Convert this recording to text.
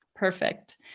Perfect